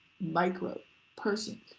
micro-person